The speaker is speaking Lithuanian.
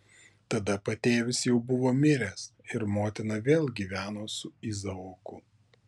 tada patėvis jau buvo miręs ir motina vėl gyveno su izaoku